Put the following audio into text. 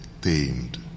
tamed